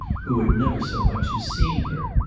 who had never so much as seen her.